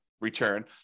Return